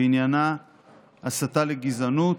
ועניינה הסתה לגזענות,